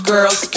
Girls